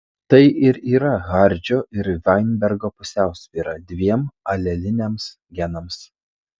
tai ir yra hardžio ir vainbergo pusiausvyra dviem aleliniams genams